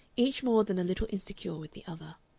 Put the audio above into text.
each more than a little insecure with the other.